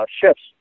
ships